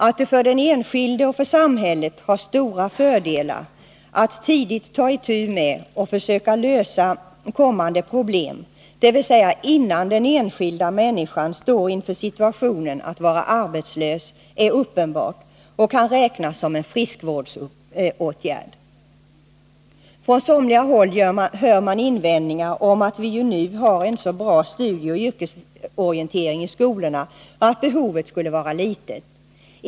Att det för den enskilde och för samhället har stora fördelar att man tidigt tar itu med och försöker lösa kommande problem — dvs. innan den enskilda människan står inför situationen att vara arbetslös — är uppenbart och kan räknas som en friskvårdsåtgärd. Från somliga håll hör man invändningar, att vi nu har en så bra studieoch yrkesorientering i skolorna att behovet skulle vara litet.